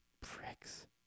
pricks